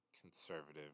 conservative